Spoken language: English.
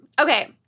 Okay